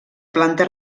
planta